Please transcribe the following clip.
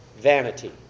vanity